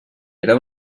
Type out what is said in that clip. era